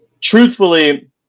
Truthfully